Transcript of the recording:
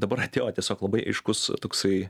dabar atėjo tiesiog labai aiškus toksai